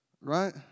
right